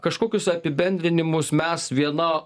kažkokius apibendrinimus mes viena